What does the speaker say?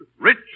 Rich